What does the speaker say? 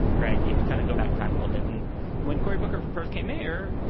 right. you have to kind of go back in time a little bit. and when cory booker first came here,